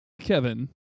Kevin